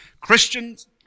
Christians